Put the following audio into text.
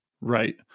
right